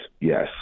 Yes